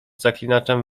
zaklinaczem